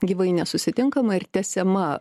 gyvai nesusitinkama ir tęsiama